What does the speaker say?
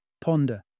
ponder